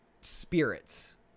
spirits